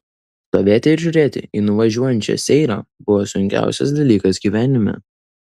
stovėti ir žiūrėti į nuvažiuojančią seirą buvo sunkiausias dalykas gyvenime